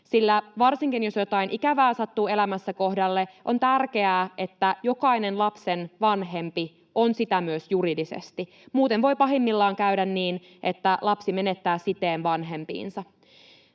sillä varsinkin, jos jotain ikävää sattuu elämässä kohdalle, on tärkeää, että jokainen lapsen vanhempi on sitä myös juridisesti, muuten voi pahimmillaan käydä niin, että lapsi menettää siteen vanhempiinsa.